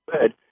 good